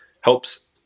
helps